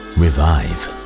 revive